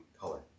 color